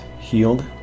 healed